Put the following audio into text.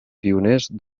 pioners